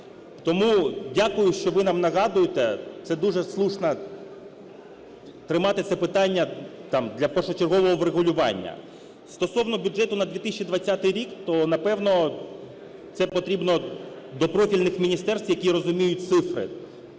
Тому дякую, що ви нам нагадуєте, це дуже слушно тримати це питання для першочергового врегулювання. Стосовно бюджету на 2020 рік, то, напевно, це потрібно до профільних міністерств, які розуміють цифри,